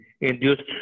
induced